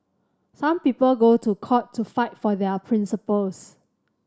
some people go to court to fight for their principles